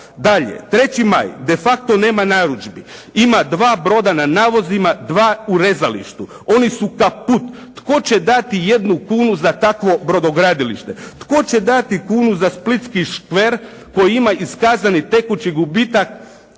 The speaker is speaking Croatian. Dalje, "3. maj" de facto nema narudžbi. Ima dva broda na navozima, dva u rezalištu. Oni su "caput". Tko će dati jednu kunu za takvo brodogradilište? Tko će dati kunu za splitski škver koji ima iskazati tekući gubitak